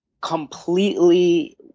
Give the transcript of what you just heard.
completely